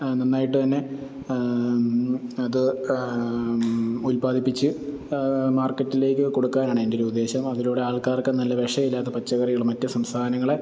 നന്നായിട്ടു തന്നെ അത് ഉൽപ്പാദിപ്പിച്ച് മാർക്കറ്റിലേക്ക് കൊടുക്കാനാണ് എൻറ്റൊരുദ്ദേശം അതിലൂടെ ആൾക്കാർക്ക് നല്ല വിഷം ഇല്ലാത്ത പച്ചക്കറികൾ മറ്റു സംസ്ഥാനങ്ങൾ